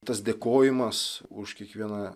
tas dėkojimas už kiekvieną